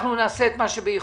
אנחנו נעשה את מה שביכולתנו.